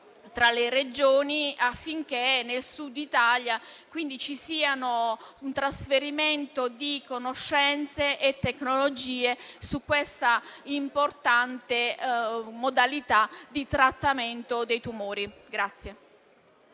tra le Regioni affinché nel Sud Italia vi sia un trasferimento di conoscenze e tecnologie su questa importante modalità di trattamento dei tumori.